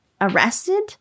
arrested